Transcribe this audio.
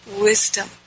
wisdom